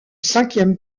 cinquième